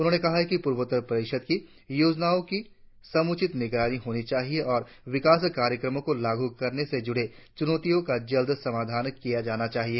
उन्होंने कहा कि पूर्वोत्तर परिषद की योजनाओं की समुचित निगरानी होनी चाहिए और विकास कार्यक्रमों को लागू करने से जुड़ी चूनौतियों का जल्द समाधान किया जाना चाहिए